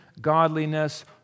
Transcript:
godliness